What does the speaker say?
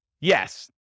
Yes